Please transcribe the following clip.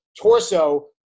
torso